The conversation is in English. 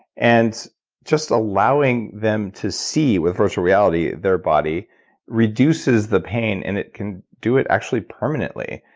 and just allowing them to see with virtual reality their body reduces the pain and it can do it actually permanently.